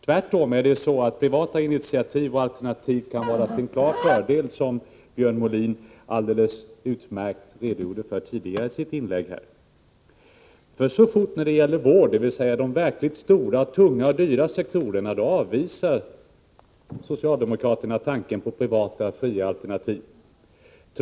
Tvärtom kan privata initiativ och alternativ vara till klar fördel, något som Björn Molin på ett utmärkt sätt redogjorde för i sitt inlägg. Så fort det gäller vård, dvs. de verkligt stora, tunga och dyra sektorerna, avvisar socialdemokraterna tanken på privata, fria alternativ.